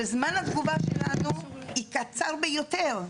שזמן התגובה שלנו הוא קצר ביותר.